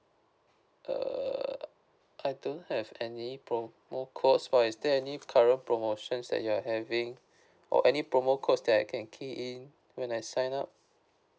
err I don't have any promo codes but is there any current promotions that you are having or any promo cause that I can key in when I sign up